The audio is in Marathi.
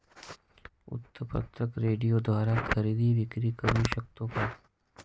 वृत्तपत्र, रेडिओद्वारे खरेदी विक्री करु शकतो का?